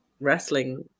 wrestling